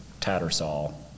tattersall